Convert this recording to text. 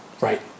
Right